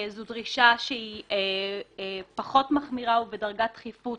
זו דרישה שהיא פחות מחמירה ובדרגת דחיפות